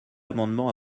amendement